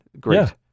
Great